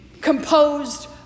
composed